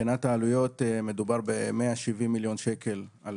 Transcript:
מבחינת העלויות מדובר ב-170 מיליון שקל על